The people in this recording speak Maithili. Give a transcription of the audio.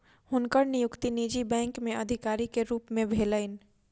हुनकर नियुक्ति निजी बैंक में अधिकारी के रूप में भेलैन